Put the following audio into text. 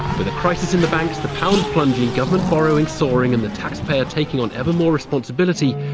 with the crisis in the banks, the pound plunging, government borrowing soaring and the taxpayer taking on ever more responsibility,